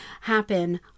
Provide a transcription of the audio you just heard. happen